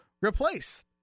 replace